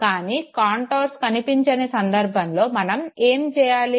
కానీ కాంటోర్స్ కనిపించని సందర్భాలలో మనం ఏమి చేయాలి